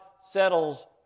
settles